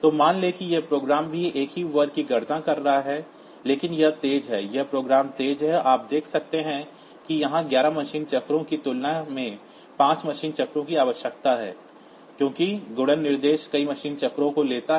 तो मान लें कि यह प्रोग्राम भी एक ही वर्ग की गणना कर रहा है लेकिन यह तेज़ है यह प्रोग्राम तेज़ है आप देख सकते हैं कि यहाँ ग्यारह मशीन साइकिल की तुलना में पाँच मशीन साइकिल की आवश्यकता है क्योंकि गुणन निर्देश कई मशीन साइकिल को लेता है